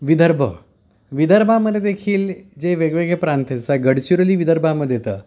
विदर्भ विदर्भामध्येदेखील जे वेगवेगळे प्रांत आहेत जसा गडचिरोली विदर्भामध्ये येतं